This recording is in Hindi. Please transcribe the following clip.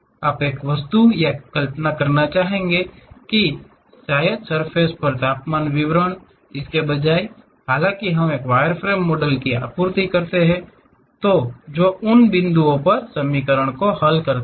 आप एक वस्तु या कल्पना करना चाहेंगे या शायद सर्फ़ेस पर तापमान वितरण इसके बजाय हालांकि हम एक वायरफ्रेम मॉडल की आपूर्ति करते हैं जो उन बिंदुओं पर समीकरणों को हल करता है